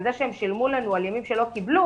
זה שהם שילמו על ימים שהם לא קיבלו,